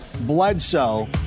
Bledsoe